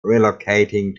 relocating